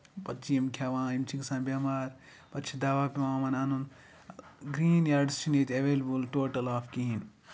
پَتہٕ چھِ یِم کھٮ۪وان یِم چھِ گژھان بیمار پَتہٕ چھُ دَوا پیوان یِمَن اَنُن گریٖن یاڈس چھِنہٕ ییٚتہِ ایویلیبٔل ٹوٹل آف کِہینۍ